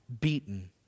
beaten